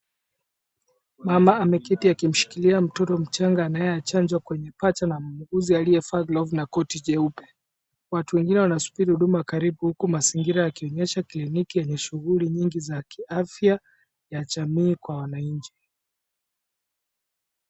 Mama ameketi akimshikilia mtoto mchanga anayechanjwa kwenye paja na muuguzi aliyevaa glovu na koti jeupe. Watu wengine wanasubiri huduma karibu huku mazingira yakionyesha kliniki yenye shughuli nyingi za kiafya ya jamii na wananchi.